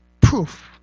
proof